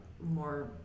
more